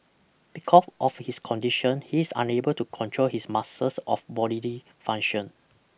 because of his condition he is unable to control his muscles of bodily function